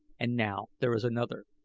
and now there is another.